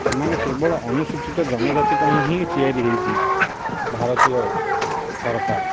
ସେମାନେ କେବଳ ଅନୁସୂଚିତ ଜନଜାତି ପାଇଁ ହିଁ ତିଆରି ହେଇଛି ଭାରତୀୟ ସରକାର